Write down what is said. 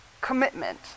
commitment